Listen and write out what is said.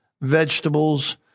vegetables